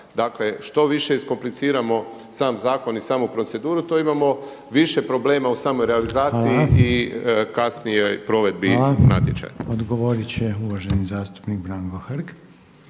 Dakle, što više iskompliciramo sam zakon i samu proceduru, to imamo više problema u samoj realizaciji i kasnijoj provedbi natječaja. **Reiner, Željko (HDZ)** Hvala. Odgovorit će uvaženi zastupnik Branko Hrg.